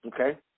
okay